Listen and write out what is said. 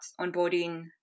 onboarding